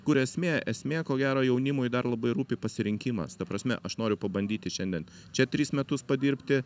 kur esmė esmė ko gero jaunimui dar labai rūpi pasirinkimas ta prasme aš noriu pabandyti šiandien čia tris metus padirbti